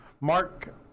Mark